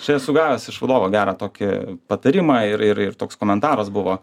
čia esu gavęs iš vadovo gerą tokį patarimą ir ir ir toks komentaras buvo